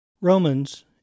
Romans